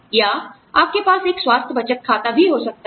या आपके पास एक स्वास्थ्य बचत खाता भी हो सकता है